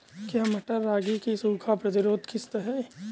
क्या मटर रागी की सूखा प्रतिरोध किश्त है?